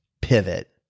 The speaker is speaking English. pivot